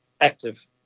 active